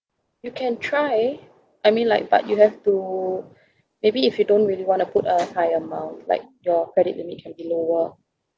you can try I mean like but you have to maybe if you don't really want to put a high amount like your credit limit can be lower